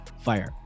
fire